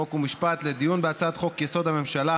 חוק ומשפט לדיון בהצעת חוק-יסוד: הממשלה